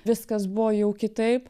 viskas buvo jau kitaip